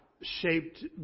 shaped